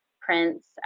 prints